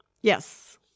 Yes